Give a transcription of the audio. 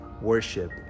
worship